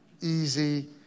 easy